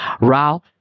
Ralph